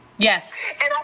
Yes